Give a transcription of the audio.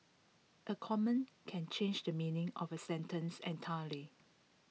A common can change the meaning of A sentence entirely